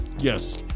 Yes